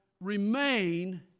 remain